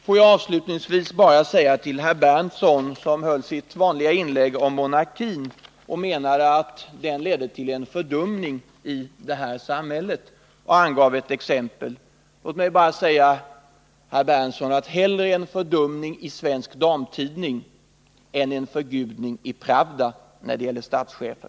Får jag avslutningsvis till herr Berndtson — som gjorde sitt vanliga inlägg om monarkin och menade att den ledde till en fördumning i samhället samt angav ett exempel — bara säga: Hellre en fördumning i Svensk Damtidning än en förgudning i Pravda när det gäller statschefen!